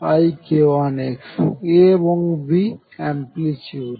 A এবং B amplitude